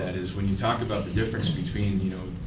and is when you talk about the difference between, you know,